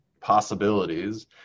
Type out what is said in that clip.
possibilities